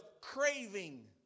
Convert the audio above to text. craving